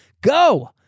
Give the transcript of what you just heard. Go